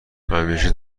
همیشه